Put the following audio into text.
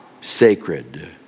sacred